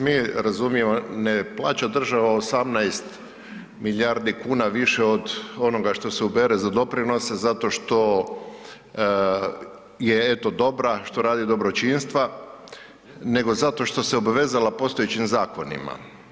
Mi razumijemo, ne plaća država 18 milijardi kn više od onoga što se ubere za doprinose zato što je eto dobra, što radi dobročinstva, nego zašto što se obvezala postojećim zakonima.